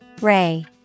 Ray